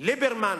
ליברמן